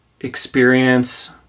experience